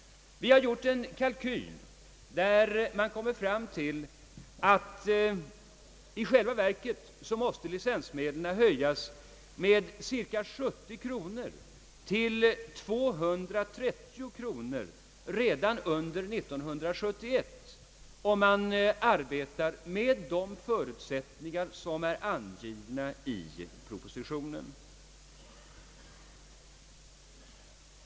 Vi har gjort en kalkyl där vi kommer fram till att i själva verket måste licensmedlen höjas med cirka 70 kronor till 230 kronor redan under 1971 om man arbetar med de förutsättningar som är angivna i propositionen.